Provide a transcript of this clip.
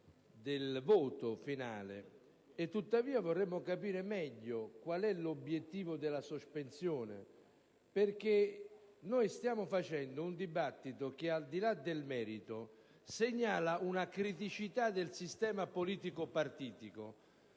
del voto finale, ma vorremmo capire meglio qual è l'obiettivo della sospensione, perché stiamo facendo un dibattito che, al di là del merito, segnala una criticità del sistema politico partitico.